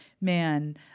man